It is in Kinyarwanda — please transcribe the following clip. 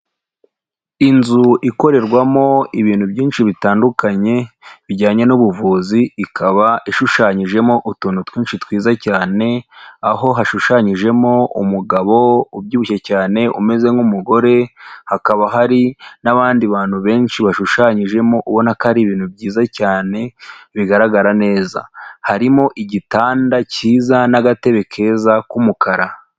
Inzu ikorerwamo ibintu byinshi bitandukanye bijyanye n'ubuvuzi, ikaba ishushanyijemo utuntu twinshi twiza cyane, aho hashushanyijemo umugabo ubyibushye cyane umeze nk'umugore, hakaba hari n'abandi bantu benshi bashushanyijemo ubona ko ari ibintu byiza cyane bigaragara neza. Harimo igitanda cyiza n'agatebe keza k'umukara.